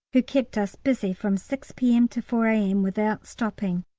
who kept us busy from six p m. to four a m. without stopping.